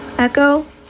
Echo